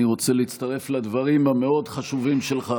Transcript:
אני רוצה להצטרף לדברים המאוד-חשובים שלך,